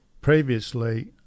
Previously